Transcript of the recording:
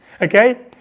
okay